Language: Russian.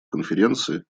конференции